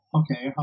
okay